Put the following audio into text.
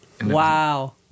Wow